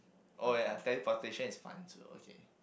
oh ya their potential is fun so okay